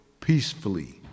peacefully